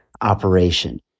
operation